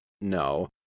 No